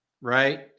right